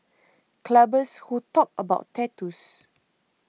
clubbers who talk about tattoos